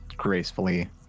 Gracefully